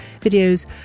videos